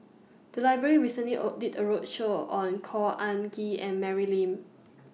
The Library recently did A roadshow on Khor Ean Ghee and Mary Lim